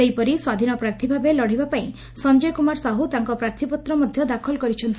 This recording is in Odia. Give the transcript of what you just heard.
ସେହିପରି ସ୍ୱାଧୀନ ପ୍ରାର୍ଥୀ ଭାବେ ଲଢ଼ିବା ପାଇଁ ସଂଜୟ କୁମାର ସାହୁ ତାଙ୍କ ପ୍ରାର୍ଥୀପତ୍ର ମଧ୍ଧ ଦାଖଲ କରିଛନ୍ତି